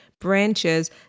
branches